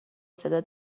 صدا